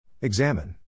Examine